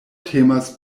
temas